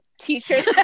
Teachers